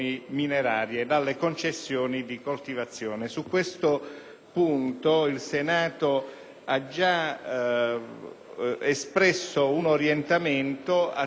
il Senato ha già espresso un orientamento attraverso il voto su un ordine del giorno,